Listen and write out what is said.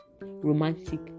romantic